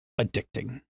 addicting